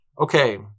okay